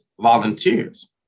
volunteers